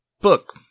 book